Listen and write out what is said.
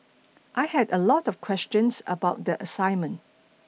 I had a lot of questions about the assignment